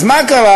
אז מה קרה?